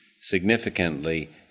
significantly